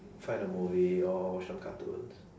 find a movie or watch some cartoons